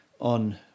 on